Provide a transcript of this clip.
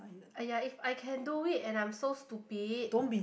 !aiya! if I can do it and I'm so stupid